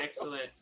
Excellent